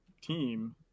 team